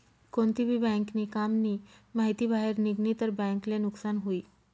कोणती भी बँक नी काम नी माहिती बाहेर निगनी तर बँक ले नुकसान हुई